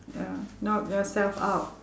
ya knock yourself out